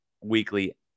weekly